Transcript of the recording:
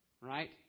right